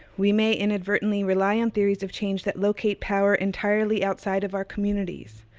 we may inadvertently rely on theories of change that locate power entirely outside of our communities.